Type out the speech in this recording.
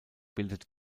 bildet